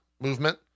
movement